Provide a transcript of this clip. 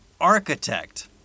architect